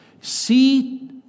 See